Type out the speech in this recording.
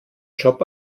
job